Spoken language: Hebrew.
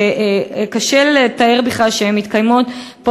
שקשה לתאר בכלל שמתקיימות פה,